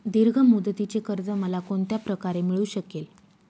दीर्घ मुदतीचे कर्ज मला कोणत्या प्रकारे मिळू शकेल?